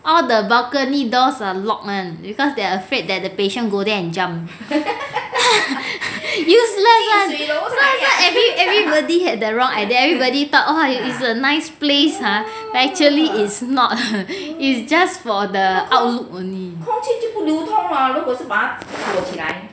all the balcony doors are locked [one] because they are afraid that the patient go there and jump useless [one] so every everybody had the wrong idea everybody thought !wah! is a nice place !huh! but actually is not is just for the outlook only